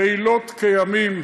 לילות כימים,